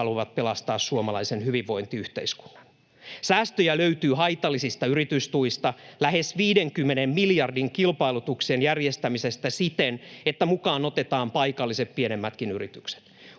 muutkin haluavat pelastaa suomalaisen hyvinvointiyhteiskunnan. Säästöjä löytyy haitallisista yritystuista, lähes 50 miljardin kilpailutuksien järjestämisestä siten, että mukaan otetaan paikalliset, pienemmätkin yritykset.